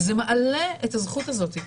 וזה מעלה את הזכות הזאת.